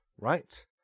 right